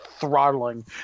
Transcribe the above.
throttling